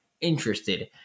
interested